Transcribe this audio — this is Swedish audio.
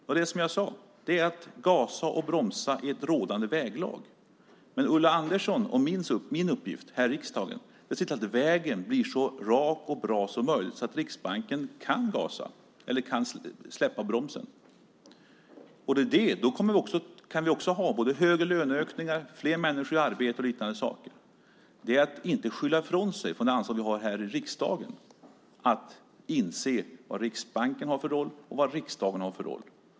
Jo, den är som jag sade: Den innebär att gasa och bromsa i rådande väglag. Men Ulla Anderssons och min uppgift här i riksdagen är att se till att vägen blir så rak och bra som möjligt så att Riksbanken kan gasa eller kan släppa bromsen. Då kan vi också ha både högre löneökningar, fler människor i arbete och liknande saker. Det är att inte smita undan från det ansvar vi har här i riksdagen att inse vad Riksbanken har för roll och vad riksdagen har för roll.